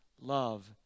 love